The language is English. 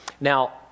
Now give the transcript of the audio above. Now